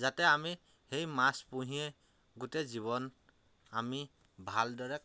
যাতে আমি সেই মাছ পুহিয়েই গোটেই জীৱন আমি ভালদৰে